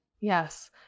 Yes